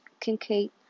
Kincaid